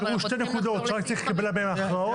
נשארו שתי נקודות שרק צריך לקבל בהן הכרעות.